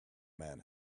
man